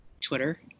twitter